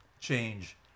change